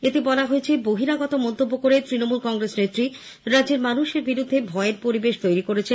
এতে বলা হয়েছে বহিরাগত মন্তব্য করে তৃণমূল কংগ্রেস নেত্রী রাজ্যের মানুষের বিরুদ্ধে ভয়ের পরিবেশ তোইরি করেছেন